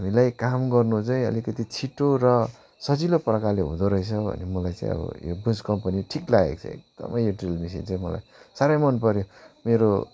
हामीलाई काम गर्नु चाहिँ अलिकति छिटो र सजिलो प्रकारले हुँदोरहेछ भन्ने मलाई चाहिँ अब यो बुस्क कम्पनी ठिक लागेको छ एकदमै यो ड्रिल मिसिन चाहिँ मलाई साह्रै मनपर्यो मेरो